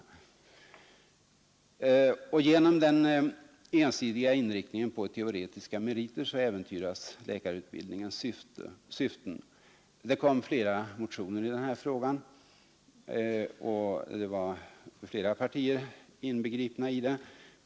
Genom den ensidiga inriktningen på teoretiska meriter äventyras läkarutbildningens syften. Det kom flera motioner i denna fråga, och flera partier var inbegripna.